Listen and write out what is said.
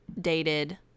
dated